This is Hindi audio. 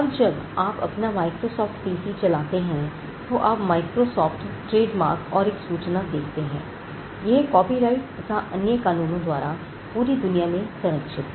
अब जब आप अपना माइक्रोसॉफ्ट PC चलाते हैं तो आप माइक्रोसॉफ्ट ट्रेडमार्क और एक सूचना देखते हैं कि यह कॉपीराइट तथा अन्य कानूनों द्वारा पूरी दुनिया में संरक्षित है